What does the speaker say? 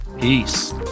Peace